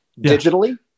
digitally